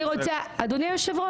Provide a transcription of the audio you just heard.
אדוני היושב ראש,